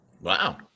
Wow